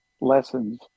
lessons